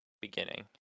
beginning